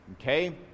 okay